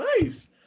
nice